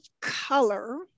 color